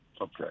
Okay